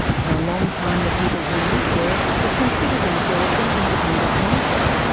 for a long time the people who live there have considered themselves an independent nation,